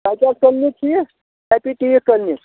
کتہِ حظ کٕلنِک چھِ یہِ ہیپی ٹیٖٹھ کٕلنِک